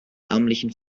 ärmlichen